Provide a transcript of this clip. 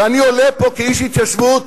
ואני עולה פה כאיש התיישבות